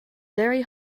very